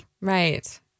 Right